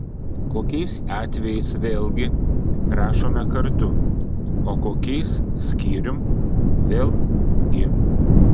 kokiais atvejais vėlgi rašome kartu o kokiais skyrium vėl gi